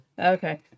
Okay